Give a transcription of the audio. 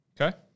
Okay